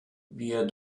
wir